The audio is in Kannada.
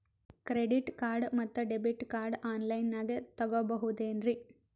ಕ್ರೆಡಿಟ್ ಕಾರ್ಡ್ ಮತ್ತು ಡೆಬಿಟ್ ಕಾರ್ಡ್ ಆನ್ ಲೈನಾಗ್ ತಗೋಬಹುದೇನ್ರಿ?